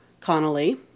Connolly